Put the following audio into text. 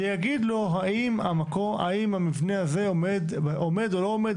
שיגיד לו האם המבנה הזה עומד או לא עומד,